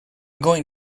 going